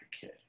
kid